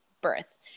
birth